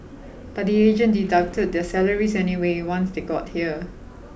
but the agent deducted their salaries anyway once they got here